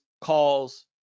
calls